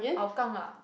Hougang ah